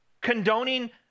condoning